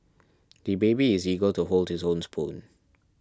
the baby is eager to hold his own spoon